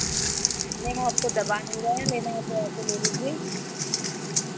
नहीं आपको दबा नहीं रहे हैं लेना है तो आकर ले लीजिए